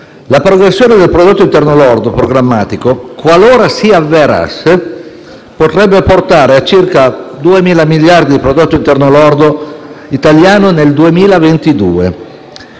La progressione del prodotto interno lordo programmatico, qualora si avverasse, potrebbe portare a circa 2.000 miliardi di prodotto interno lordo italiano nel 2022.